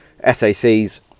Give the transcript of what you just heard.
SACs